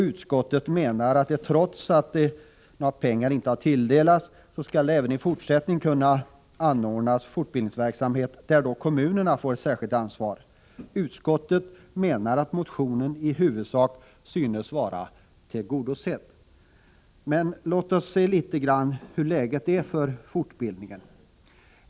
Utskottet menar att trots att några pengar inte har tilldelats så skall det även i fortsättningen anordnas fortbildningsverksamhet, där då kommunerna får ett särskilt ansvar. Utskottet hävdar att motionen i huvudsak synes vara tillgodosedd. Men låt oss se på hur läget är för fortbildningen.